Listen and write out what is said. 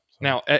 now